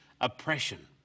oppression